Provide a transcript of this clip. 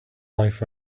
life